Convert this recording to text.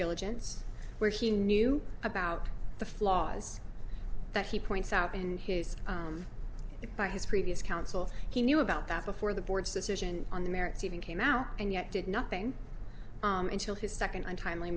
diligence where he knew about the flaws that he points out in his it by his previous counsel he knew about that before the board's decision on the merits even came out and yet did nothing until his second untimely